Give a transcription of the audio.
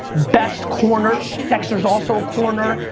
best corner, dexter's also a corner.